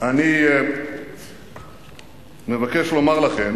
אני מבקש לומר לכם